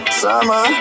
summer